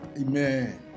Amen